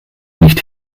nicht